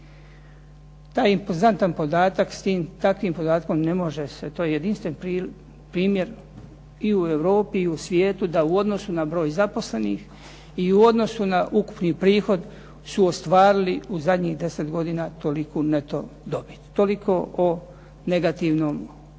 Taj impozantan podatak, s tim takvim podatkom ne može se, to je jedinstven primjer i u Europi i u svijetu da u odnosu na broj zaposlenih i u odnosu na ukupni prihod su ostvarili u zadnjih deset godina toliku neto dobit. Toliko o negativnom